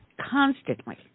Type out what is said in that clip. Constantly